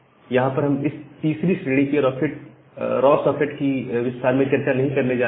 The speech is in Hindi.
यहां पर हम इस तीसरी श्रेणी के रॉ सॉकेट की विस्तार में चर्चा नहीं करने जा रहे हैं